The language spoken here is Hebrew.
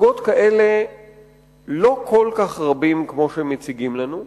זוגות כאלה לא כל כך רבים כמו שהם מציגים לנו.